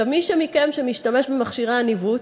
מי מכם שמשתמש במכשירי הניווט,